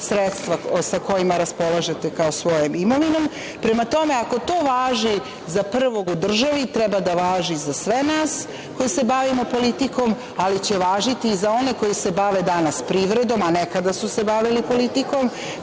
sredstva sa kojima raspolažete kao svojom imovinom. Prema tome, ako to važi za prvog u državi, treba da važi za sve nas koji se bavimo politikom, ali će važiti i za one koji se bave danas privredom, a nekada su se bavili politikom. Prema